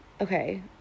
okay